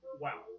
Wow